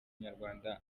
nyarwanda